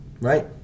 Right